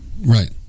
Right